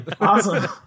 Awesome